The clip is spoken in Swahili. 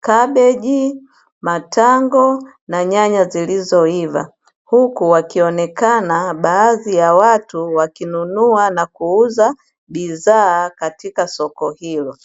kabeji, matango na nyanya zilizoiva, huku wakionekana baadhi ya watu wakinunua na kuuza bidhaa katika soko hilo.